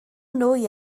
nwy